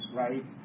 right